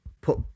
put